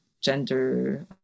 gender